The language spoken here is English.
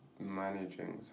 managing